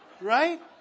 Right